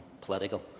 political